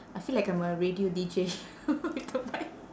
I feel like I'm a radio D_J with the mic